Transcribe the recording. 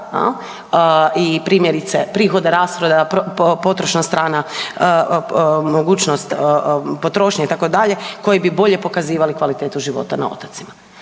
i primjerice prihoda, rashoda, potrošna strana, mogućnost potrošnje itd., koji bi bolje pokazivali kvalitetu života na otocima.